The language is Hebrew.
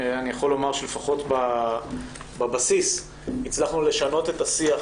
אני יכול לומר שלפחות בבסיס הצלחנו לשנות את השיח